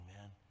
amen